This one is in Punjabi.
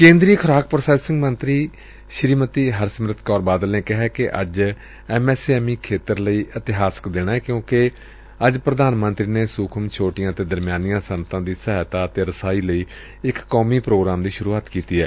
ਕੇਂਦਰੀ ਖੁਰਾਕ ਪ੍ਾਸੈਸਿੰਗ ਮੰਤਰੀ ਸ੍ੀਮਤੀ ਹਰਸਿਮਰਤ ਕੌਰ ਬਾਦਲ ਨੇ ਕਿਹੈ ਕਿ ਅੱਜ ਐਮ ਐਸ ਐਮ ਈ ਖੇਤਰ ਲਈ ਇਤਿਹਾਸਕ ਦਿਨ ਏ ਕਿਉਂਕਿ ਅੱਜ ਪ੍ਰਧਾਨ ਮੰਤਰੀ ਨੇ ਸੁਖਮ ਛੋਟੀਆਂ ਅਤੇ ਦਰਮਿਆਨੀਆਂ ਸੱਨਅਤਾ ਦੀ ਸਹਾਇਤਾ ਅਤੇ ਰਸਾਈ ਲਈ ਇਕ ਕੌਮੀ ਪ੍ਰੋਗਰਾਮ ਦੀ ਸੂਰੁਆਤ ਕੀਤੀ ਏ